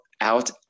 out